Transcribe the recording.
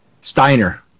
Steiner